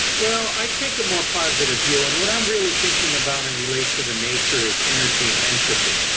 well, i take a more positive view and what i am really thinking about in relation to nature is energy and entropy.